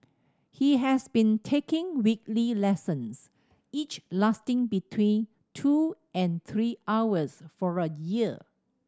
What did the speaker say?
he has been taking weekly lessons each lasting between two and three hours for a year